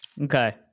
Okay